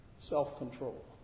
self-control